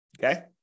Okay